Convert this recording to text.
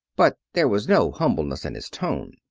but there was no humbleness in his tone.